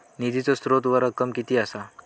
निधीचो स्त्रोत व रक्कम कीती असा?